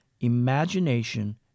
imagination